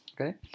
okay